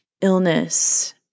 illness